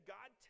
God